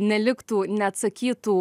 neliktų neatsakytų